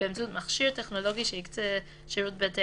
באמצעות מכשיר טכנולוגי שיקצה שירות בתי